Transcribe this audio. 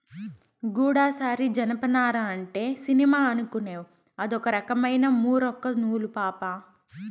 గూడసారి జనపనార అంటే సినిమా అనుకునేవ్ అదొక రకమైన మూరొక్క నూలు పాపా